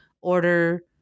Order